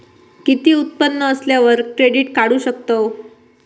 किती उत्पन्न असल्यावर क्रेडीट काढू शकतव?